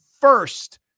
first